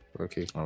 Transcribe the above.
okay